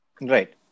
Right